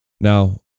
Now